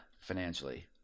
financially